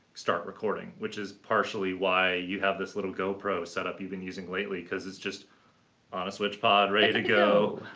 start recording, which is partially why you have this little gopro setup you've been using lately, cause it's just on a switch pod, ready to go,